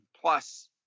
plus